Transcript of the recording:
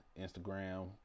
Instagram